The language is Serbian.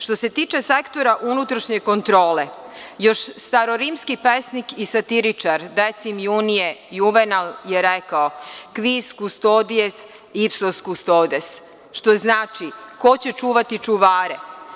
Što se tiče sektora unutrašnje kontrole, još starorimski pesnik i satiričar Decim Junije Juvenal je rekao – quis custodiet ipsos custodes; što znači – ko će čuvati čuvare.